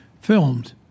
filmed